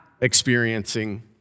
experiencing